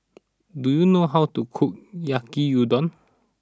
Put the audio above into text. do you know how to cook Yaki Udon